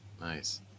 Nice